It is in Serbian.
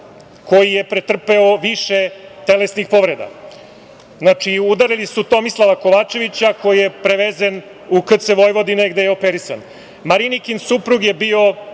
koji je pretrpeo više telesnih povreda. Znači, udarili su Tomislava Kovačevića koji je prevezen u KC Vojvodine gde je operisan. Marinikin suprug je bio,